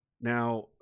Now